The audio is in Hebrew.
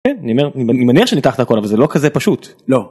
אני מניח שאני תחת הכל אבל זה לא כזה פשוט לא.